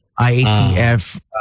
IATF